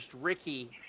Ricky